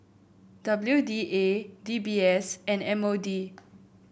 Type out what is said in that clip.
W D A D B S and M O D